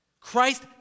Christ